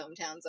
hometowns